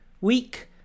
week